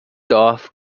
dorf